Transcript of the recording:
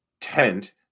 tent